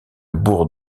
bourg